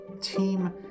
Team